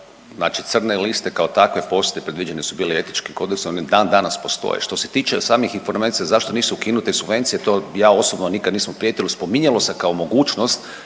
Znači crne liste kao takve postoje, predviđene su bile i Etičkim kodeksom i one dan danas postoje. Što se tiče samih informacija zašto nisu ukinute subvencije to ja osobno nikad nismo prijetili, spominjalo se kao mogućnost